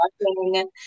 watching